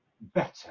better